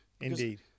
Indeed